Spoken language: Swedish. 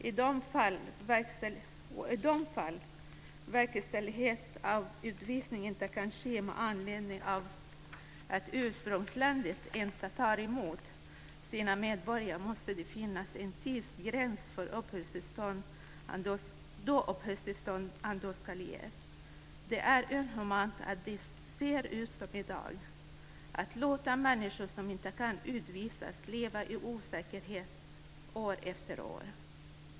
I de fall verkställighet av utvisningen inte kan ske med anledning av att ursprungslandet inte tar emot sina medborgare måste det finnas en tidsgräns för då uppehållstillstånd ändå ska ges. Det är inhumant att som i dag låta människor som inte kan utvisas leva i osäkerhet år efter år.